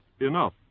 enough